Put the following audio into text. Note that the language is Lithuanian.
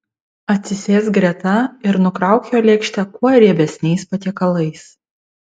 atsisėsk greta ir nukrauk jo lėkštę kuo riebesniais patiekalais